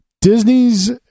Disney's